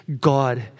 God